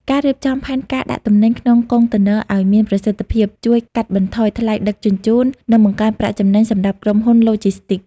ការរៀបចំផែនការដាក់ទំនិញក្នុងកុងតឺន័រឱ្យមានប្រសិទ្ធភាព ជួយកាត់បន្ថយថ្លៃដឹកជញ្ជូន និងបង្កើនប្រាក់ចំណេញសម្រាប់ក្រុមហ៊ុនឡូជីស្ទីក។